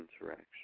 interaction